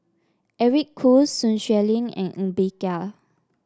Eric Khoo Sun Xueling and Ng Bee Kia